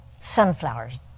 sunflowers